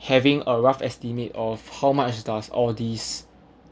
having a rough estimate of how much does all these